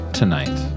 tonight